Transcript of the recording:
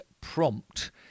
prompt